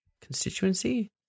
constituency